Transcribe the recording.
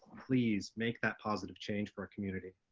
please make that positive change for our community.